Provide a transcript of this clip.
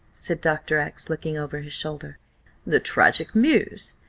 said dr. x, looking over his shoulder the tragic muse?